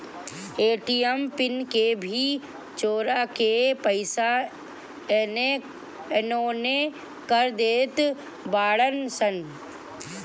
ATM pin के भी चोरा के पईसा एनेओने कर देत बाड़ऽ सन